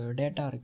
data